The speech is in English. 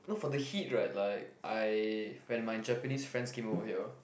not for the heat right like I when my Japanese friends came over here